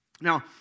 Now